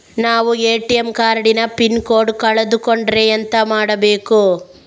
ನಾವು ATM card ನ PIN code ಕಳೆದು ಕೊಂಡ್ರೆ ಎಂತ ಮಾಡ್ಬೇಕು?